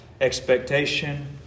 expectation